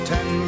Ten